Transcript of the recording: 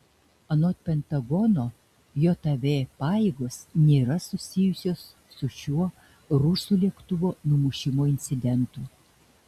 anot pentagono jav pajėgos nėra susijusios su šiuo rusų lėktuvo numušimo incidentu